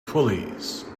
pulleys